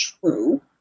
true